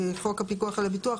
חוק הפיקוח על הביטוח,